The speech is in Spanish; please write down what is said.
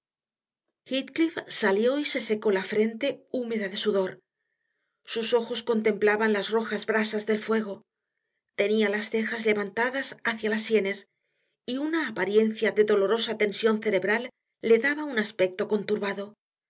salió y se secó la frente húmeda de sudor sus ojos contemplaban las rojas brasas del fuego tenía las cejas levantadas hacia las sienes y una apariencia de dolorosa tensión cerebral le daba un aspecto